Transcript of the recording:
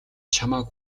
чамайг